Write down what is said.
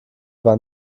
war